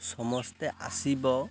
ସମସ୍ତେ ଆସିବ